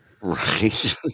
Right